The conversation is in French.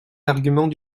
arguments